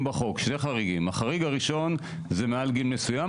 בחוק: החריג הראשון זה מעל גיל מסוים,